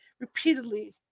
repeatedly